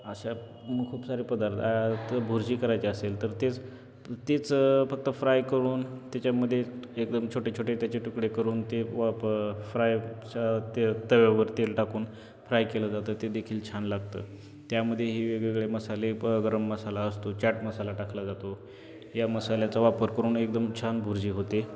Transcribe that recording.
अशा खूप सारे पदार्थ आ तर भुर्जी करायची असेल तर तेच तेच फक्त फ्राय करून त्याच्यामध्ये एकदम छोटे छोटे त्याचे तुकडे करून ते वा प फ्रायच्या ते तव्यावर तेल टाकून फ्राय केलं जातं ते देखील छान लागतं त्यामध्येही वेगवेगळे मसाले प गरम मसाला असतो चाट मसाला टाकला जातो या मसाल्याचा वापर करून एकदम छान भुर्जी होते